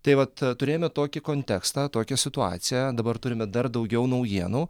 tai vat turėjome tokį kontekstą tokią situaciją dabar turime dar daugiau naujienų